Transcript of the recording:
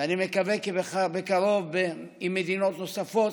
ואני מקווה כי בקרוב עם מדינות נוספות,